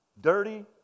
Dirty